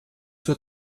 zur